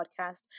podcast